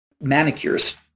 Manicures